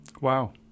Wow